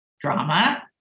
drama